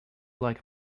like